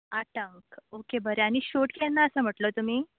आठांक ओके बरें आनी शूट केन्ना आसा म्हटलो तुमी